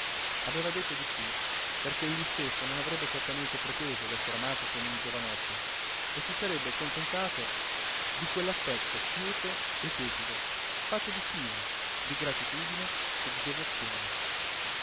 aveva detto di sí perché egli stesso non avrebbe certamente preteso d'essere amato come un giovanotto e si sarebbe contentato di quell'affetto quieto e tepido fatto di stima di gratitudine e di devozione